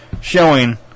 showing